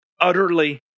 utterly